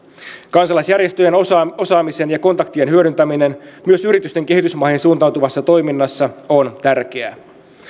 kansalaisjärjestöjen osaamisen ja kontaktien hyödyntäminen myös yritysten kehitysmaihin suuntaamassa toiminnassa on tärkeää